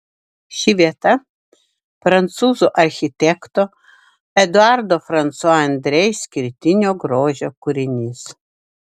ši vieta prancūzų architekto eduardo fransua andrė išskirtinio grožio kūrinys